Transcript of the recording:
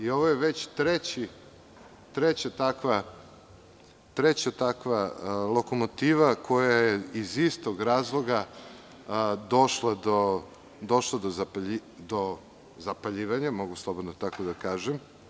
Ovo je već treća takva lokomotiva koja je iz istog razloga došlo do zapaljivanja, mogu slobodno tako da kažem.